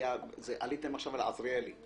עליתם עכשיו על עזריאלי.